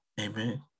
Amen